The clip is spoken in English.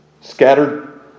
scattered